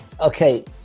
okay